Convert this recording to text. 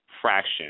fraction